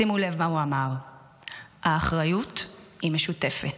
שימו לב מה הוא אמר: האחריות היא משותפת,